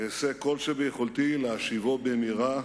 אעשה את כל שביכולתי להשיבו במהרה